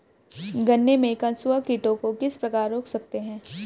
गन्ने में कंसुआ कीटों को किस प्रकार रोक सकते हैं?